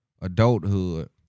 adulthood